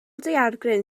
daeargryn